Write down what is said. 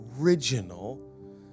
original